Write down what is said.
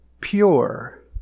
pure